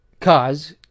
Cause